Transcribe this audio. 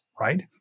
right